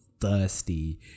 thirsty